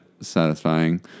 satisfying